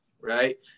right